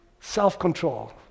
self-control